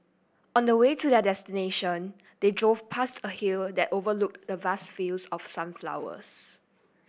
on the way to their destination they drove past a hill that overlooked the vast fields of sunflowers